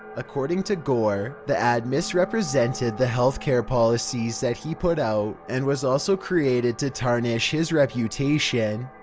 according to gore, the ad misrepresented the healthcare policies that he put out and was also created to tarnish his reputation.